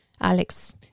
Alex